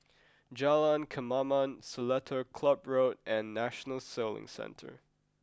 Jalan Kemaman Seletar Club Road and National Sailing Centre